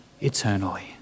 eternally